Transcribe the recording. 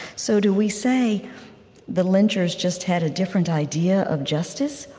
so do we say the lynchers just had a different idea of justice?